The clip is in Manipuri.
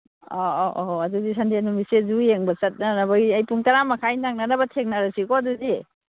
ꯑꯧ ꯑꯧ ꯑꯧ ꯑꯗꯨꯗꯤ ꯁꯟꯗꯦ ꯅꯨꯃꯤꯠꯁꯦ ꯖꯨ ꯌꯦꯡꯕ ꯆꯠꯅꯅꯕꯒꯤ ꯑꯩ ꯄꯨꯡ ꯇꯔꯥꯃꯈꯥꯏ ꯅꯪꯅꯅꯕ ꯊꯦꯡꯅꯔꯁꯤꯀꯣ ꯑꯗꯨꯗꯤ